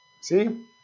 See